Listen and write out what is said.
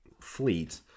fleet